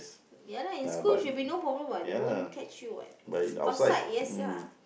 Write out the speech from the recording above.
ya lah in school should be no problem what they won't catch you what outside yes lah